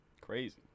crazy